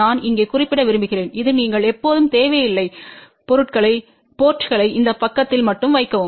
நான் இங்கே குறிப்பிட விரும்புகிறேன் இது நீங்கள் எப்போதும் தேவையில்லை போர்ட்ங்களை இந்த பக்கத்தில் மட்டும் வைக்கவும்